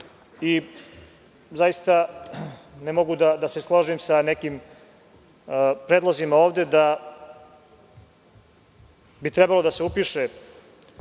upravljaju. Ne mogu da se složim sa nekim predlozima ovde da bi trebalo da se upiše